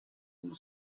uno